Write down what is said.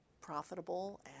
profitable